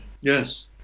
Yes